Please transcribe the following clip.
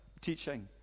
teaching